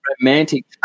romantic